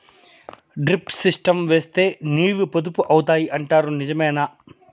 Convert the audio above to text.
Drip system వేస్తే నీళ్లు పొదుపు అవుతాయి అంటారు నిజమేనా?